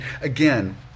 again